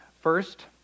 First